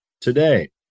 today